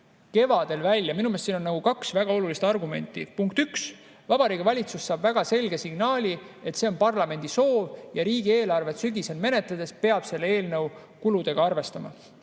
kevadel välja tulema? Minu meelest siin on kaks väga olulist argumenti. Punkt üks. Vabariigi Valitsus saab väga selge signaali, et see on parlamendi soov, ja riigieelarvet sügisel menetledes peab selle eelnõu kuludega arvestama.